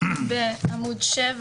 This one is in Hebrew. בעמוד 7